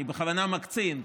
אני בכוונה מקצין,